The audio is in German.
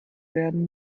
werden